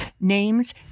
Names